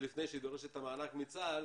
לפני שהיא דורשת את המענק מצה"ל,